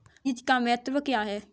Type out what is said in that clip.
बीज का महत्व क्या है?